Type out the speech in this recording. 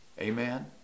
Amen